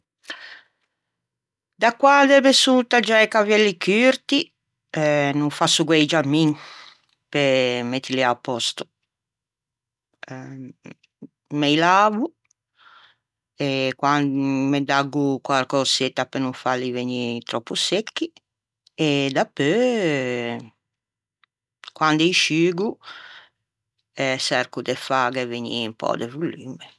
Sa quande me son taggiâ i cavelli curti no fasso guæi giamin pe mettili à pòsto. Me î lavo e me daggo quarcösetta pe no fâli vegnî tròppo secchi e dapeu quande î sciugo çerco de fâghe vegnî un pö de volumme.